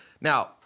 Now